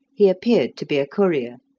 he appeared to be a courtier.